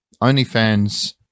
OnlyFans